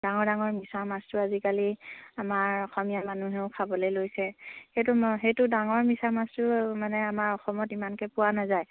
ডাঙৰ ডাঙৰ মিছা মাছটো আজিকালি আমাৰ অসমীয়া মানুহেও খাবলৈ লৈছে সেইটো সেইটো ডাঙৰ মিছা মাছটো মানে আমাৰ অসমত ইমানকৈ পোৱা নাযায়